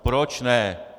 Proč ne?